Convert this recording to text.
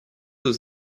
aux